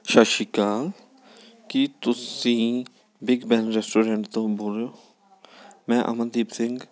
ਸਤਿ ਸ਼੍ਰੀ ਅਕਾਲ ਕੀ ਤੁਸੀਂ ਬਿੱਗਬੈਨ ਰੈਸਟੋਰੈਂਟ ਤੋਂ ਬੋਲ ਰਹੇ ਹੋ ਮੈਂ ਅਮਨਦੀਪ ਸਿੰਘ